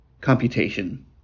computation